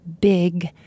big